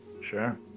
Sure